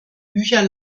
bücher